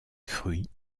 fruits